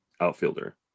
outfielder